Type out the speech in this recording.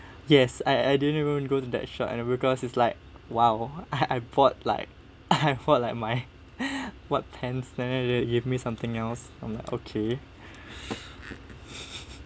yes I I didn't even go to that shop and because is like !wow! I bought like I bought like my what pants leh then they give me something else I'm like okay